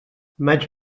maig